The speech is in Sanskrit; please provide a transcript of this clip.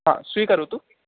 आं स्वीकरोतु